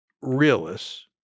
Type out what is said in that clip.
realists